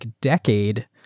decade